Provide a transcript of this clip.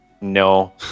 No